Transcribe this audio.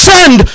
Send